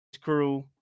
crew